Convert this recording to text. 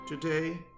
today